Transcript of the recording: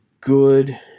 good